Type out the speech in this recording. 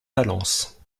talence